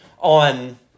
on